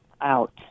out